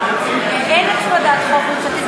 אין הצמדת חוק ממשלתית,